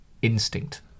instinct